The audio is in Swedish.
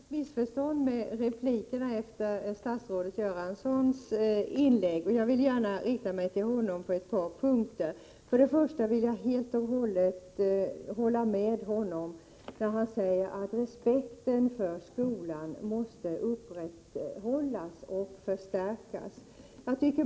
Herr talman! Det blev något missförstånd med replikerna efter statsrådet 19 maj 1988 Bengt Göranssons inlägg, och jag vill gärna rikta mig till honom på ett par punkter. Till att börja med vill jag helt hålla med honom då han säger att respekten för skolan måste upprätthållas och förstärkas.